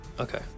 Okay